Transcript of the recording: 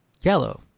yellow